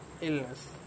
illness